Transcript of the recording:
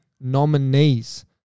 nominees